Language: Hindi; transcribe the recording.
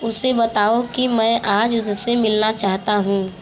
उसे बताओ कि मैं आज उससे मिलना चाहता हूँ